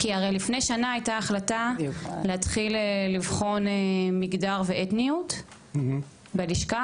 כי לפני שנה הייתה החלטה להתחיל לבחון מגדר ואתניות בלשכה,